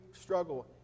struggle